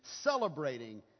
celebrating